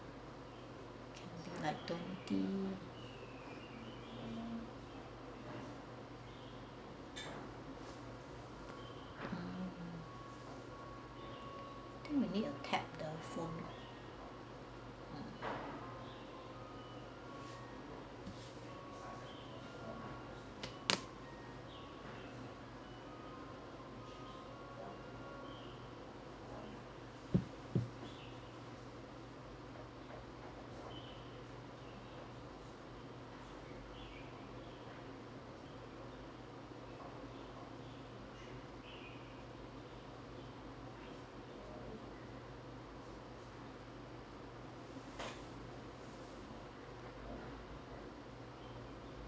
can be like twenty hmm i think we need to tap a phone hmm